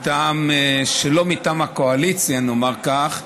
שלא מטעם הקואליציה, נאמר כך,